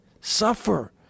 suffer